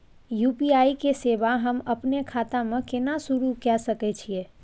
UPI के सेवा हम अपने खाता म केना सुरू के सके छियै?